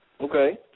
Okay